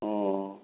অঁ